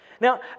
Now